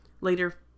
Later